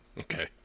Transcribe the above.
Okay